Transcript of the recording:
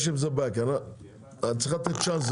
יש עם זה בעיה ואת צריכה לתת צ'אנס.